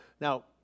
now